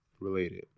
related